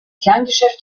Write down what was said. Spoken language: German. kerngeschäft